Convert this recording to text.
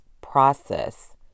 process